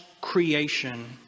creation